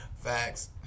Facts